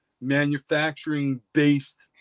manufacturing-based